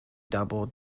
double